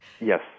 Yes